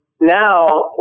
now